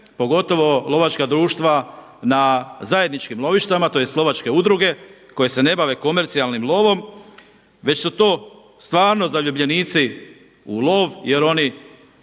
pogotovo lovačka društva na zajedničkim lovištima, tj. lovačke udruge koje se ne bave komercijalnim lovom, već su to stvarno zaljubljenici u lov jer oni